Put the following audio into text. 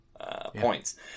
points